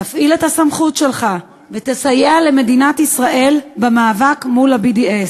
תפעיל את הסמכות שלך ותסייע למדינת ישראל במאבק מול ה-BDS.